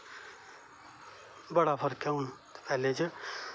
बड़ा फर्क ऐ हून पैहलें च